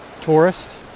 tourist